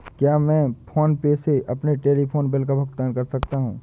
क्या मैं PhonePe से अपने टेलीफोन बिल का भुगतान कर सकता हूँ?